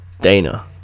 dana